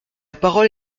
parole